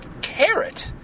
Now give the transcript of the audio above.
carrot